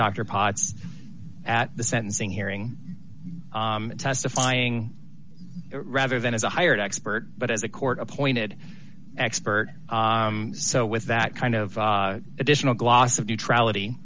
dr potts at the sentencing hearing testifying rather than as a hired expert but as a court appointed expert so with that kind of additional gloss of neutrality